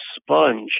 sponge